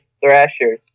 Thrasher